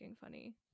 funny